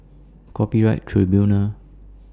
Copyright Tribunal